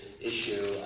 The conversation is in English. issue